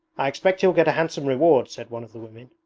i expect he'll get a handsome reward said one of the women.